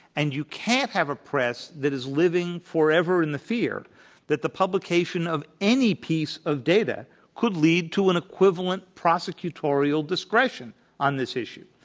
and you can't have a press that is living forever in the fear that the publication of any piece of data could lead to an equivalent prosecutorial discretion on this issue.